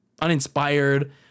uninspired